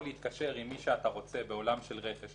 להתקשר עם מי שאתה רוצה בעולם של רכש,